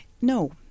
No